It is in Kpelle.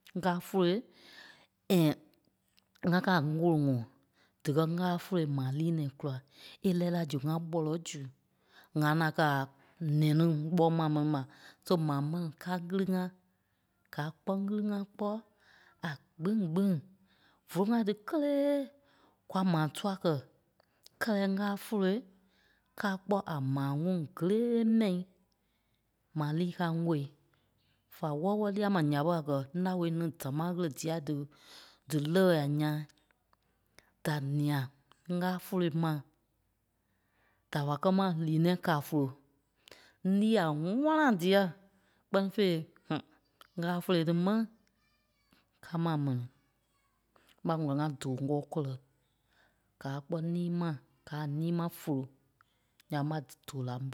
Káa vóloi ŋa ka a wóloŋɔɔ díkɛ ngàa voloi maa lîi nɛ̃ɛi kùla e lɛɛ la zu ŋa kpɔ̀lɔ zu. ŋa ŋaŋ káa a ǹɛni m̀bɔ́i maa mɛni. So maa mɛni káa ŋgili ŋa. Gaa kpɔ́ ŋgili ŋa kpɔ a gbîŋ gbîŋ fó ŋai tí kélee kwa maa tua kɛ́. Kɛ́lɛ ŋgaa vóloi káa kpɔ́ a maa ŋuŋ kéleee mai, ma lîi káa ŋwɔ̂i fá wɔ́lɔ-wɔlɔ lia mai nya ɓe a gɛ nao ní dámaa ɣele dia dí- dí neɣa a nyaa. Da nia ŋgaa folo mai da wa kɛ mai lîi nɛ̃ɛ ka fòlo, lîi a ŋwana dia kpɛ́ni fêi ŋgaa fòlo dí mai ka mai a mɛni ɓa wɛ̂li ŋa dóo kɔɔ kɔlɛ. Gaa kpɔ lîi mai, gaa a lîi mai fòlo nyaŋ ɓa tí dóo la.